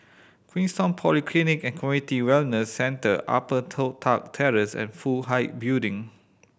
Queenstown Polyclinic and Community Wellness Centre Upper Toh Tuck Terrace and Fook Hai Building